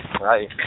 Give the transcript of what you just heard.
Right